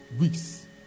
weeks